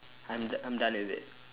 I'm I'm done with it